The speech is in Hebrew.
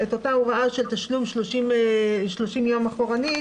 את אותה הוראה של תשלום 30 יום אחורנית,